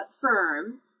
firm